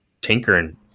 tinkering